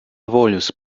volus